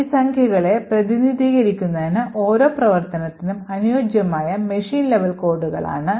ഈ സംഖ്യകളെ പ്രതിനിധീകരിക്കുന്നത് ഓരോ പ്രവർത്തനത്തിനും അനുയോജ്യമായ മെഷീൻ ലെവൽ കോഡുകളാണ്